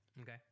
Okay